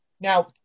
Now